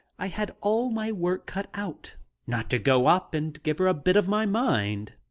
i had all my work cut out not to go up and give her a bit of my mind.